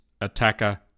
attacker